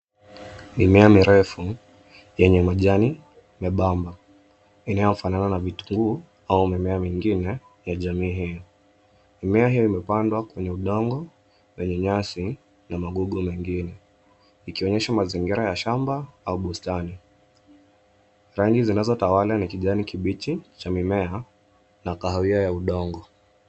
Mimea mirefu, yenye majani membamba, inayofanana na vitunguu, au mimea mingine ya jamii hiyo. Mimea hiyo imepandwa kwenye udongo wenye nyasi, na magugu mengine, ikionyesha mazingira ya shamba, au bustani. Rangi zinazotawala ni kijani kibichi cha mimea, na kahawia ya udongo.